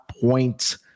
point